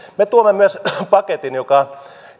me tuomme myös paketin joka